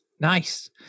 Nice